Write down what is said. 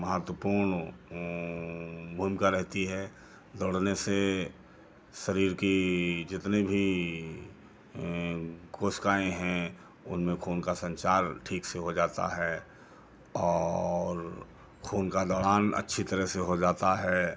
महत्वपूर्ण ऊ भूमिका रहती है दौड़ने से शरीर की जितनी भी कोशिकाएँ हैं उनमें खून का संचार ठीक से हो जाता है और खून का दौरान अच्छी तरह से हो जाता है